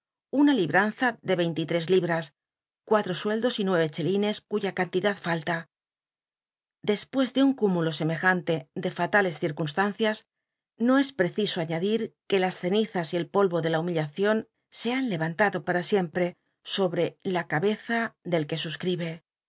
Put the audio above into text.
una libranza de rcinlc y tres libras cuatr o sueldos y nueve chelines cuya cantidad fal la u despucs de un cúmu lo semejante de fatales ci rcunstancias no es pteciso aiiadir que lasccilizas y el polvo de la humillacion se han levan lado par a siemp re u sobre u la ca beza u del juc susc